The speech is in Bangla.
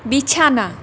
বিছানা